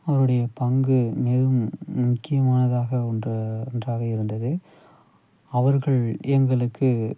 அவருடைய பங்கு மிகவும் முக்கியமானதாக ஒன்றாக ஒன்றாக இருந்தது அவர்கள் எங்களுக்கு